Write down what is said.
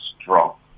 strong